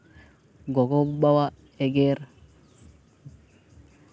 ᱜᱚᱜᱚ ᱵᱟᱵᱟᱣᱟᱜ ᱮᱜᱮᱨ